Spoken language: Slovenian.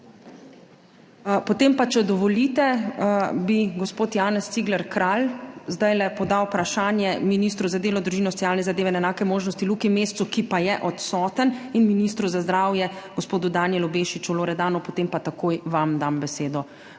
se mi zdi. Če dovolite, bi gospod Janez Cigler Kralj zdajle podal vprašanje ministru za delo, družino, socialne zadeve in enake možnosti, Luki Mescu, ki je odsoten, in ministru za zdravje gospodu Danijelu Bešiču Loredanu. Potem pa takoj dam besedo